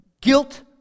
guilt